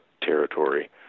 Territory